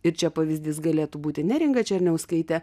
ir čia pavyzdys galėtų būti neringa černiauskaitė